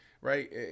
Right